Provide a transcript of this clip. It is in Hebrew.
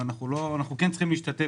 אנחנו כן צריכים להשתתף.